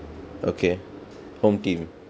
okay home team